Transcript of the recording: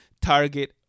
target